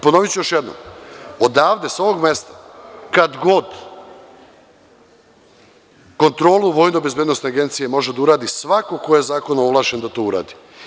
Ponoviću još jednom, odavde, sa ovog mesta, kad god, kontrolu Vojnobezbednosne agencije može da uradi svako ko je zakonom ovlašćen da to uradi.